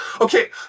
Okay